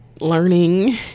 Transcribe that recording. learning